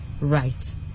right